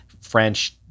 French